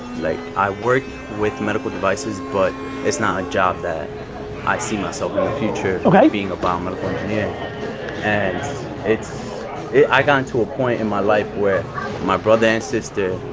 like i work with medical devices, but it's not a job that i see myself future okay being a biomedical engineer and i got into a point in my life where my brother and sister,